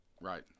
right